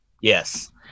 yes